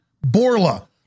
Borla